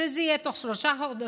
שזה יהיה בתוך שלושה חודשים,